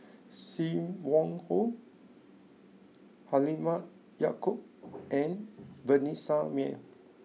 Sim Wong Hoo Halimah Yacob and Vanessa Mae